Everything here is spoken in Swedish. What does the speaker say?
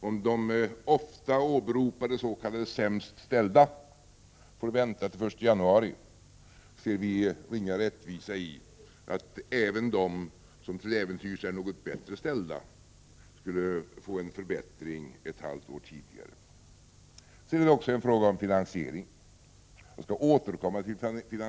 Om de ofta åberopade s.k. sämst ställda får vänta till den 1 januari är det ringa rättvisa i att även de som till äventyrs är något bättre ställda får en förbättring ett halvt år tidigare. Det är också en fråga om finansiering, och jag skall återkomma till den.